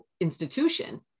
institution